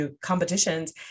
competitions